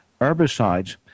herbicides